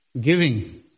Giving